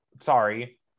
sorry